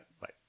Bye